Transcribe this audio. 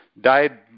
died